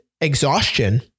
exhaustion